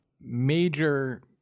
Major